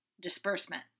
disbursement